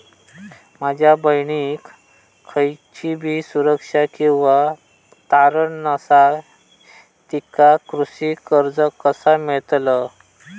माझ्या बहिणीक खयचीबी सुरक्षा किंवा तारण नसा तिका कृषी कर्ज कसा मेळतल?